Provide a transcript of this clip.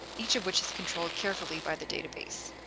each of which is controlled carefully by the database.